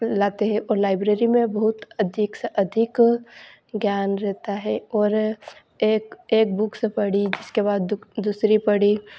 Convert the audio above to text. लाते हे और लाइब्रेरी में बहुत अधिक से अधिक ज्ञान रहता है और एक एक बुक्स से पढ़ी जिसके बाद दुक दूसरी पढ़ी